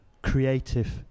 creative